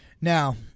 Now